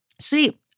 Sweet